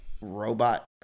robot